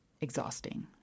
exhausting